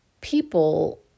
people